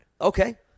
Okay